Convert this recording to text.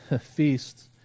feasts